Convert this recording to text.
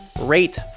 rate